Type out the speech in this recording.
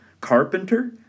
carpenter